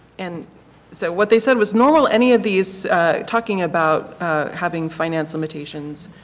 and so what they said was normally any of these talking about having finance limitations,